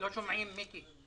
לא שומעים, מיקי.